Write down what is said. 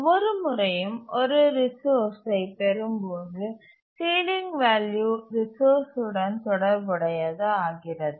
ஒவ்வொரு முறையும் ஒரு ரிசோர்சை பெறும்போது சீலிங் வேல்யூ ரிசோர்ஸ் உடன் தொடர்புடையது ஆகிறது